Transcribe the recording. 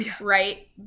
right